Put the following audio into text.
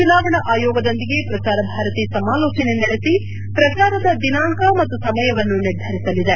ಚುನಾವಣಾ ಆಯೋಗದೊಂದಿಗೆ ಪ್ರಸಾರ ಭಾರತಿ ಸಮಾಲೋಚನೆ ನಡೆಸಿ ಪ್ರಸಾರದ ದಿನಾಂಕ ಮತ್ತು ಸಮಯವನ್ನು ನಿರ್ಧರಿಸಲಿದೆ